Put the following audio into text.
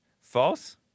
false